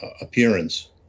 appearance